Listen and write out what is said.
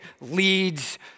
leads